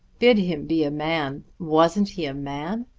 bid him be a man! wasn't he a man?